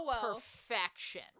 perfection